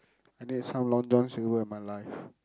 I need some Long-John-Silvers in my life